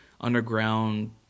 underground